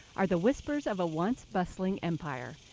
are the whispers of a once bustling empire.